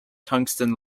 tungsten